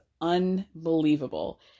unbelievable